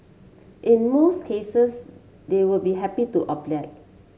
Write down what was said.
in most cases they will be happy to oblige